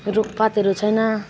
रुखपातहरू छैन